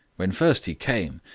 when first he came,